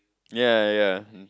yea yea um